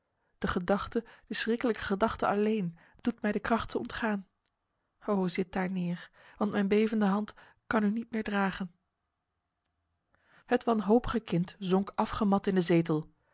de gedachte de schrikkelijke gedachte alleen doet mij de krachten ontgaan o zit daar neer want mijn bevende hand kan u niet meer dragen het wanhopige kind zonk afgemat in de zetel